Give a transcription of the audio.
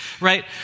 right